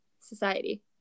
Society